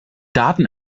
daten